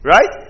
Right